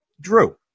Drew